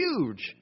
huge